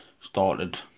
started